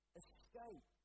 escape